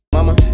Mama